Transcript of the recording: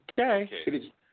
Okay